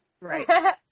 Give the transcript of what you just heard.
right